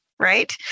Right